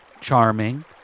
Charming